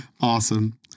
Awesome